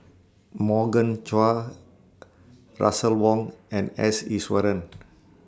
Morgan Chua Russel Wong and S Iswaran